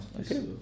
Okay